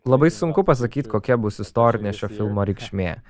labai sunku pasakyti kokia bus istorinė šio filmo reikšmė